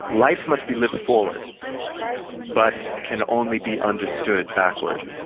life must be lived forward but can only be understood backward.